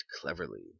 cleverly